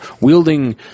wielding